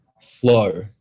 flow